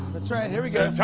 that's right. here we go.